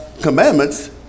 commandments